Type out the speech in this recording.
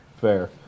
fair